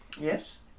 Yes